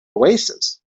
oasis